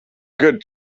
good